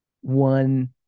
one